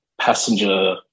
passenger